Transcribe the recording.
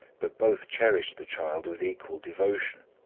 but both cherished the child with equal devotion,